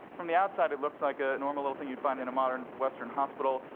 from the outside, it looks like a normal little thing you'd find in a modern western hospital.